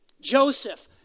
Joseph